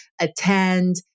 attend